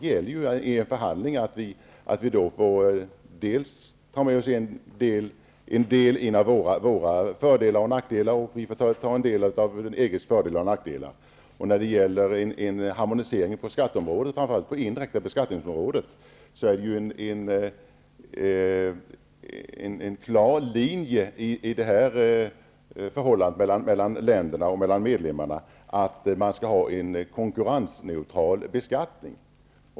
I en förhandling gäller ju att vi får ta med en del av våra fördelar och nackdelar, och vi får ta emot en del av EG:s fördelar och nackdelar. När det gäller en harmonisering på det indirekta beskattningsområdet går det ju en klar linje mellan länderna och medlemmarna att man skall ha en konkurrensneutral beskattning.